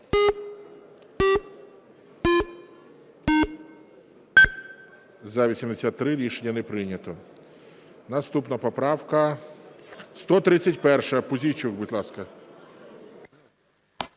За-83 Рішення не прийнято. Наступна поправка 131. Пузійчук, будь ласка.